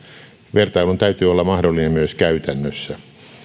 vertailun täytyy olla mahdollinen myös käytännössä